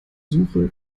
suche